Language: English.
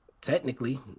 technically